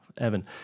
Evan